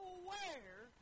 aware